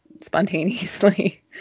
spontaneously